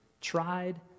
tried